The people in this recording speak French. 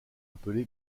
appelé